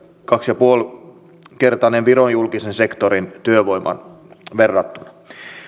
kaksi pilkku viisi kertainen viron julkisen sektorin työvoimaan verrattuna